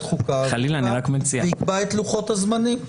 החוקה ויקבע את לוחות-הזמנים -- חלילה.